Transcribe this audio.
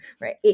right